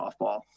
softball